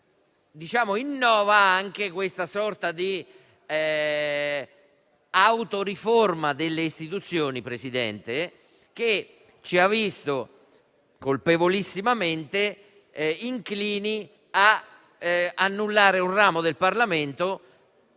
innova anche una sorta di autoriforma delle istituzioni, che ci ha visto colpevolissimamente inclini ad annullare un ramo del Parlamento